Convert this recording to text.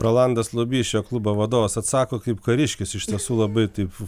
rolandas lubys šio klubo vadovas atsako kaip kariškis iš tiesų labai taip